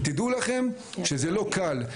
תדעו לכם שזה לא קל,